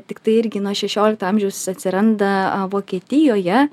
tiktai irgi nuo šešiolikto amžiaus atsiranda vokietijoje